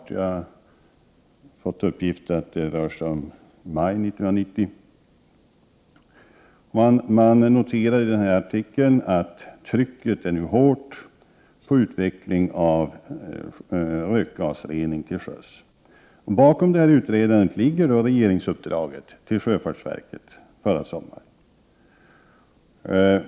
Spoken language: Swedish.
Jag har fått uppgiften att det rör sig om maj 1990. Vidare konstaterar man i artikeln att trycket nu är hårt på en utveckling av rökgasrening till sjöss. Man kan läsa: ”Bakom utredandet ligger regeringsuppdraget till Sjöfartsverket förra sommaren.